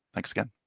thanks again.